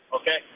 Okay